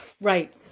Right